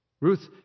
Ruth